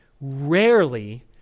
rarely